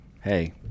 hey